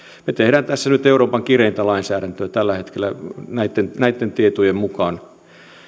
me teemme tässä nyt euroopan kireintä lainsäädäntöä tällä hetkellä näitten näitten tietojen mukaan